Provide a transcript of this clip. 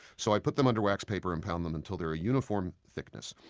so i put them under wax paper and pound them until they are a uniform thickness.